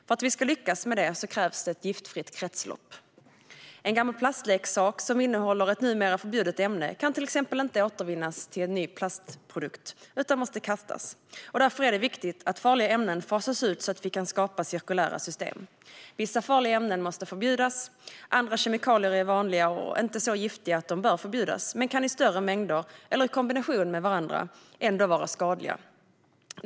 För att vi ska lyckas med det krävs det ett giftfritt kretslopp. En gammal plastleksak som innehåller ett numera förbjudet ämne kan till exempel inte återvinnas till en ny plastprodukt utan måste kastas. Därför är det viktigt att farliga ämnen fasas ut så att vi kan skapa cirkulära system. Vissa farliga ämnen måste förbjudas. Andra kemikalier är vanliga och inte så giftiga att de bör förbjudas. Men de kan i större mängder, eller i kombination med varandra, ändå vara skadliga.